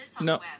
No